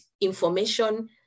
information